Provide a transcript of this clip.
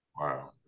Wow